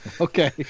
Okay